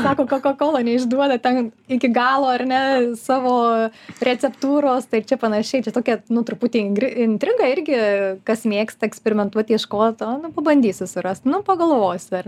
sako coca cola neišduoda ten iki galo ar ne savo receptūros tai ir čia panašiai čia tokia nu truputį ingri intriga irgi kas mėgsta eksperimentuot ieškot o nu pabandysiu surast nu pagalvosiu ar